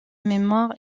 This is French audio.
mémoire